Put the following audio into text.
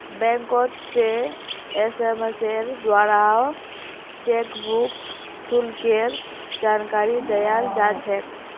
बैंकोत से एसएमएसेर द्वाराओ चेकबुक शुल्केर जानकारी दयाल जा छेक